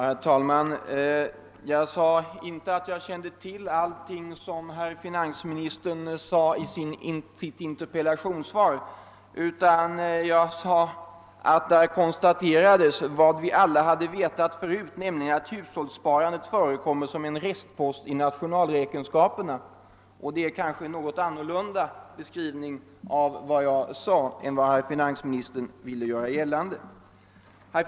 Herr talman! Jag sade inte att jag kände till allt som finansministern berört i interpellationssvaret utan yttrade att det där konstaterades vad vi alla redan vet, nämligen att hushållssparandet förekommer som en restpost i nationalräkenskaperna, och detta är annat än vad finansministern gör gällande att jag sagt.